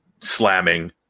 slamming